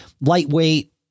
lightweight